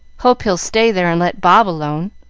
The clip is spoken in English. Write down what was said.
hope he'll stay there and let bob alone.